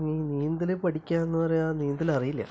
ഇനി നീന്തല് പഠിക്കുക എന്നു പറയാന് നീന്തലറിയില്ലേ